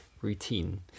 routine